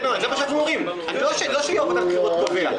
לא שיושב ראש ועדת הבחירות קובע,